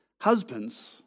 husbands